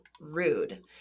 rude